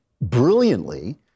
brilliantly